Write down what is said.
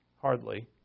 Hardly